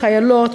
חיילות,